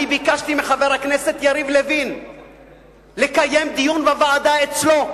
אני ביקשתי מחבר הכנסת יריב לוין לקיים דיון בוועדה אצלו.